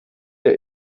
der